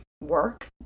work